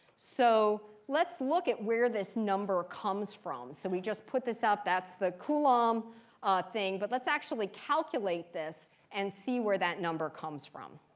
so let's look at where this number number comes from. so we just put this out. that's the coulomb thing, but let's actually calculate this and see where that number comes from.